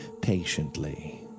patiently